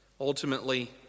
Ultimately